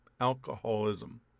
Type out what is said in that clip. Alcoholism